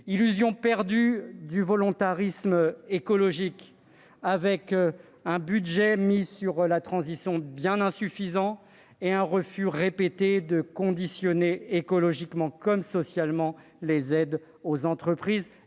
Illusion perdue du volontarisme écologique, avec un budget consacré à la transition écologique bien insuffisant et un refus répété de conditionner, écologiquement comme socialement, les aides aux entreprises.